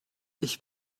ich